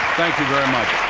thank you very much.